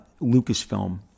lucasfilm